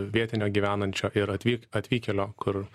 vietinio gyvenančio ir atvyk atvykėlio kur